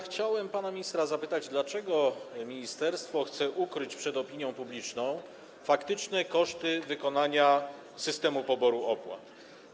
Chciałem pana ministra zapytać, dlaczego ministerstwo chce ukryć przed opinią publiczną faktyczne koszty wykonania systemu poboru opłat.